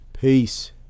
Peace